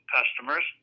customers